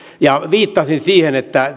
viittaisin siihen että